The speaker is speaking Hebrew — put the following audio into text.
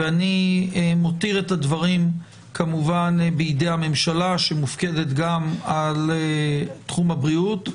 אני מותיר את הדברים כמובן בידי הממשלה שמופקדת גם על תחום הבריאות,